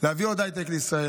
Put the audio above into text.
להביא עוד הייטק לישראל,